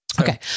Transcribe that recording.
Okay